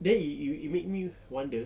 then you you make me wonder